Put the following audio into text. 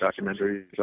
documentaries